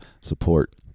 support